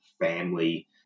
family